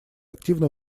активно